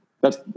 thats